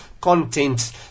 content